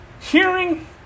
hearing